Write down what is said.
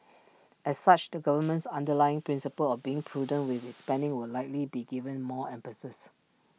as such the government's underlying principle of being prudent with its spending will likely be given more emphasis